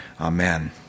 Amen